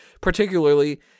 particularly